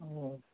ओ